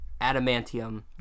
adamantium